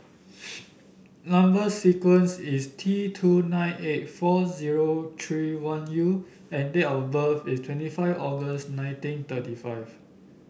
number sequence is T two nine eight four zero three one U and date of birth is twenty five August nineteen thirty five